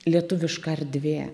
lietuviška erdvė